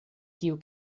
kiu